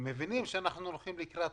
מבינים שאנחנו הולכים לקראת